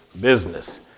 business